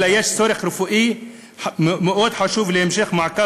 אלא יש צורך רפואי חשוב מאוד בהמשך מעקב